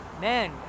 man